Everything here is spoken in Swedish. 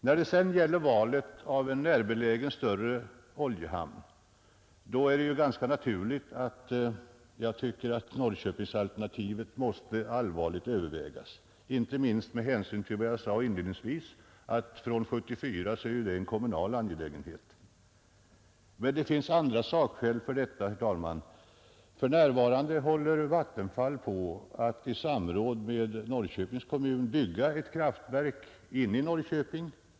När det sedan gäller valet av närbelägen större oljehamn är det ganska naturligt att jag tycker att Norrköpingsalternativet måste allvarligt övervägas, inte minst med hänsyn till vad jag sade inledningsvis, nämligen att från 1974 är detta en angelägenhet för Norrköpings kommun. Men det finns andra skäl för det, herr talman. För närvarande håller Vattenfall på att i samråd med Norrköpings kommun bygga ett kraftverk inne i Norrköping.